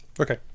Okay